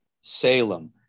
Salem